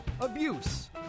abuse